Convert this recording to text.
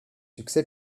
succès